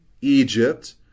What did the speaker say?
Egypt